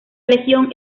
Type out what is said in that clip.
legión